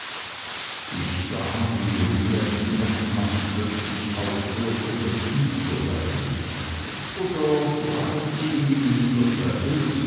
ich sah wie uriahs knochenhand plötzlich aufhörte das kinn zu reiben oder fragen sie ihn mr